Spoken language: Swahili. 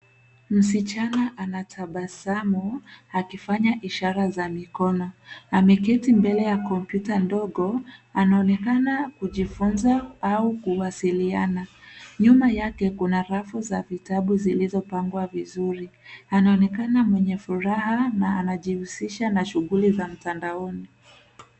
Msichana anatabasamu akifanya ishara za mikono. Ameketi mbele ya kompyuta ndogo. Anaonekana kujifunza au kuwasiliana. Nyuma yake kuna rafu za vitabu zilizopangwa vizuri. Anaonekana mwenye furaha na anajihusisha na shughuli za mtandaoni.